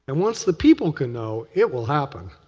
and once the people could know, it will happen.